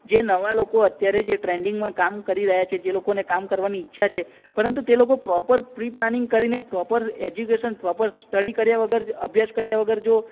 જે નવા લોકો અત્યારે જે ટ્રેન્ડિંગમાં કામ કરી રહ્યા છે જે લોકોને કામ કરવાની ઈચ્છા છે પરંતુ તે લોકો પ્રોપર પ્રી પ્લાનિંગ કરીને પ્રોપર એજ્યુકેશન પ્રોપર સ્ટડી કર્યા વગર અભ્યાસ કર્યા વગર જો